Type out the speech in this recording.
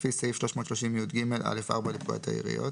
לפי סעיף 330יג(א)(4) לפקודת העיריות".